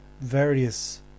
various